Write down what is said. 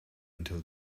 until